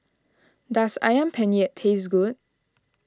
does Ayam Penyet taste good